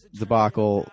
debacle